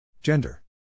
Gender